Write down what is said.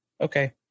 Okay